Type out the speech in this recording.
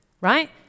right